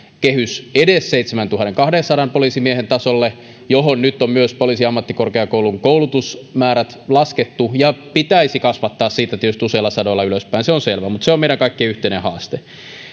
kehys edes seitsemäntuhannenkahdensadan poliisimiehen tasolle johon nyt on myös poliisiammattikorkeakoulun koulutusmäärät laskettu sitä pitäisi kasvattaa siitä tietysti useilla sadoilla ylöspäin se on selvä mutta se on meidän kaikkien yhteinen haaste